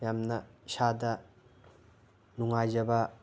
ꯌꯥꯝꯅ ꯏꯁꯥꯗ ꯅꯨꯡꯉꯥꯏꯖꯕ